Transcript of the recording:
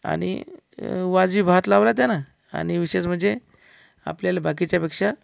आणि वाजवी भात लावला त्यानं आणि विशेष म्हणजे आपल्याला बाकीच्यापेक्षा